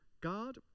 God